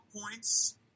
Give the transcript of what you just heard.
points